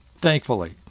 thankfully